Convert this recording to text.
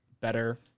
better